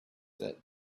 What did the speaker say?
that